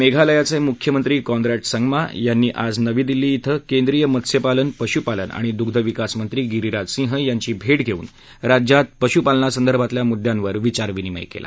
मेघालयचे मुख्यमंत्री कॉनरॅड संगमा यांनी आज नवी दिल्ली क्रिं केंद्रीय मत्स्यपालन पशुपालन आणि दुग्धविकास मंत्री गिरीराज सिंह यांची भेट घेऊन राज्यात पशुपालना संदर्भातल्या मुद्द्यांवर विचार विनिमय केला